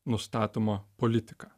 nustatomą politiką